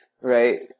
right